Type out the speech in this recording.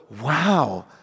wow